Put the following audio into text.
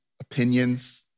opinions